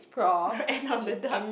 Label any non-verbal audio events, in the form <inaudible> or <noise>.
<noise> end on the dot